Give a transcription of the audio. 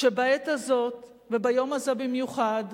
שבעת הזאת, וביום הזה במיוחד,